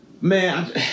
man